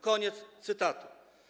Koniec cytatu.